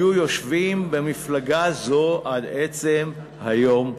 הם היו יושבים במפלגה זו עד עצם היום הזה.